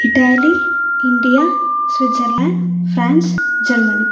Italy India Switzerland France Germany